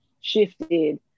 shifted